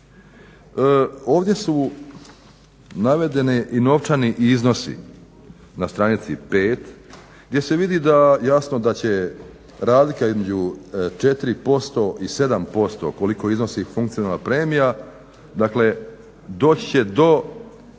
Ovdje su navedeni i novčani iznosi na stranici 5, gdje se vidi jasno da će razlika između 4% i 7% koliko iznosi funkcionalna premije dakle doći